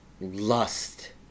lust